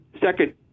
second